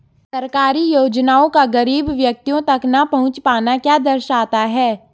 सरकारी योजनाओं का गरीब व्यक्तियों तक न पहुँच पाना क्या दर्शाता है?